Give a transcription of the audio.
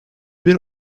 bir